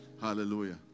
hallelujah